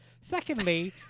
secondly